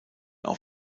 auf